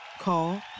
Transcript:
Call